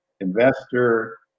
investor